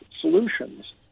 solutions